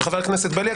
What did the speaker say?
חבר הכנסת בליאק,